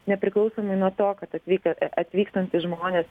nepriklausomai nuo to kad atvykę atvykstantys žmonės